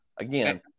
Again